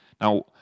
Now